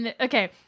Okay